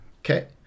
Okay